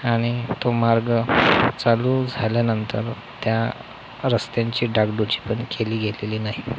आणि तो मार्ग चालू झाल्यानंतर त्या रस्त्यांची डागडुजी पण केली गेलेली नाही